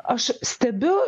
aš stebiu